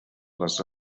les